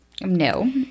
No